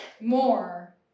more